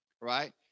Right